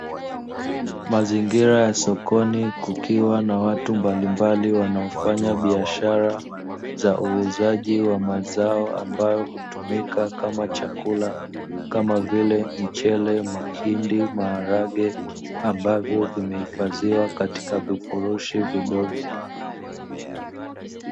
Mazingira ya sokoni kukiwa na watu mbalimbali wanaofanya biashara za uuzaji wa mazao, ambao hutumika kama chakula kama vile: mchele, mahindi, maharage ambavyo vimehifadhiwa katika vifurushi vidogo.